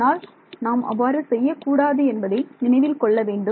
ஆனால் நாம் அவ்வாறு செய்ய கூடாது என்பதை நினைவில் கொள்ள வேண்டும்